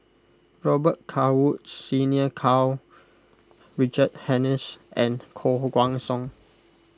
Robet Carr Woods Senior Karl Richard Hanitsch and Koh Guan Song